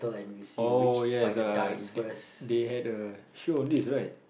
oh yes uh they they had a show on this right